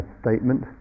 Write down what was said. statement